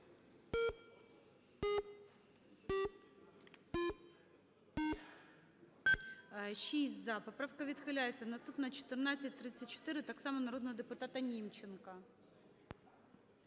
За-6 Поправка відхиляється. Наступна 1434, так само народного депутата Німченка.